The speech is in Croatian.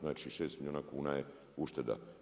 Znači 6 milijuna kuna je ušteda.